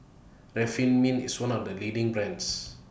Remifemin IS one of The leading brands